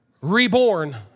Reborn